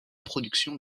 production